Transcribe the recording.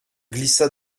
glissa